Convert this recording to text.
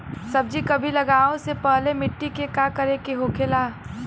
सब्जी कभी लगाओ से पहले मिट्टी के का करे के होखे ला?